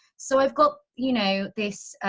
so i've got you know this.